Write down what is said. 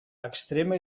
extrema